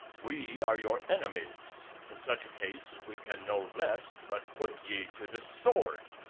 we are your enemies in such a case we can no less but put ye to the sword,